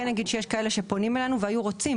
יש כאלה שפונים אלינו והיו רוצים,